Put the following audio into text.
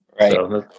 Right